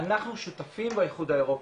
אנחנו שותפים באחוד האירופי,